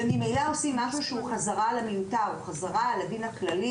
וממילא עושים משהו שהוא חזרה על המיותר; חזרה על הדין הכללי,